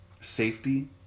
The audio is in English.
safety